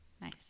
Nice